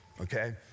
Okay